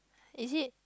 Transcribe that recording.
is it